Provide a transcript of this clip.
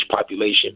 population